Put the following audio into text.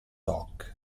hoc